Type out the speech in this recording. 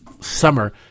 summer